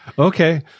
Okay